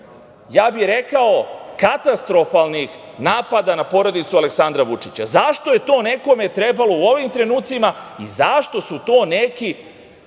ja bih rekao, katastrofalnih napada na porodicu Aleksandra Vučića. Zašto je to nekome trebalo u ovim trenucima i zašto su neki,